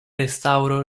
restauro